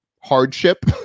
hardship